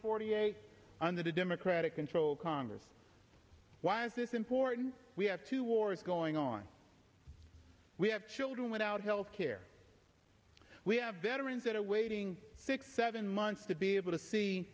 forty eight on the democratic controlled congress why is this important we have two wars going on we have children without health care we have veterans that are waiting six seven months to be able to see